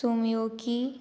सुमियोकी